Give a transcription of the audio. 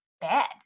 bad